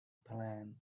plan